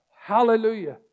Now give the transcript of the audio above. Hallelujah